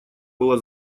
была